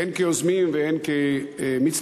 הן כיוזמים והן כמצטרפים,